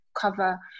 cover